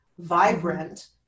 vibrant